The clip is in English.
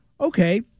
okay